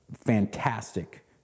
fantastic